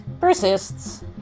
persists